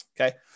Okay